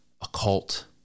occult